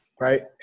right